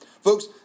Folks